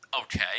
okay